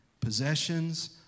possessions